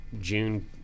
June